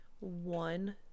one